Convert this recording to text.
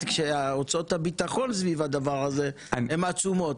כשהוצאות הביטחון סביב הדבר הזה הן עצומות,